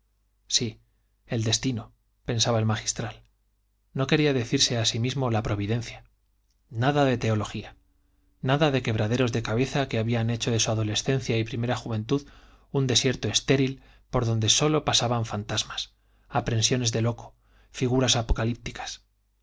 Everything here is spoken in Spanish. sí el destino pensaba el magistral no quería decirse a sí mismo la providencia nada de teología nada de quebraderos de cabeza que habían hecho de su adolescencia y primera juventud un desierto estéril por donde sólo pasaban fantasmas aprensiones de loco figuras apocalípticas